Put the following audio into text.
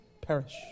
perish